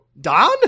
Don